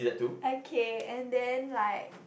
okay and then like